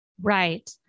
Right